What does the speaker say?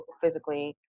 physically